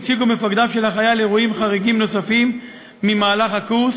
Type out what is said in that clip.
הציגו מפקדיו של החייל אירועים חריגים נוספים ממהלך הקורס